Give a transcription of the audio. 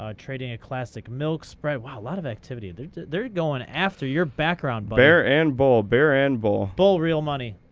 ah trading a classic milk spread. wow, a lot of activity. they're they're going after your background, buddy. bear and bull, bear and bull. bull, real money.